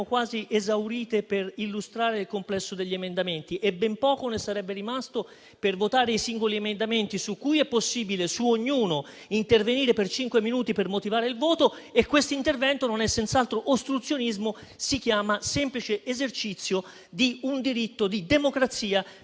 quasi esaurite per illustrare il complesso degli emendamenti e ben poco sarebbe rimasto per votare i singoli emendamenti, su ognuno dei quali è possibile intervenire per cinque minuti per motivare il voto. Questo intervento, peraltro, non è senz'altro ostruzionismo: si chiama semplice esercizio di un diritto di democrazia